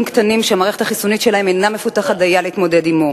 קטנים שהמערכת החיסונית שלהם אינה מפותחת דיה להתמודד עמו.